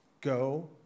go